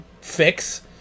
fix